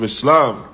Islam